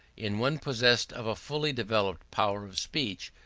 in one possessed of a fully developed power of speech,